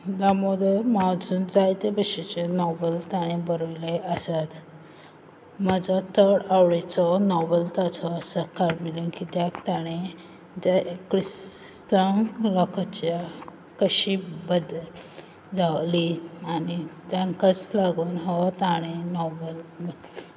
दामोदर मावजोन जायते भशेचे नॉवल तांणें बरोयले आसात म्हजो चड आवडीचो नॉवल ताचो आसा कार्मेलीन किद्याक ताणें जें क्रिस्तांव लोकाच्या कशी बदल जावली आनी तेंकांच लागून हो ताणें नॉवल